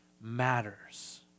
matters